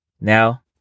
now